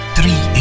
Three